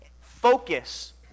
Focus